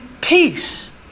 peace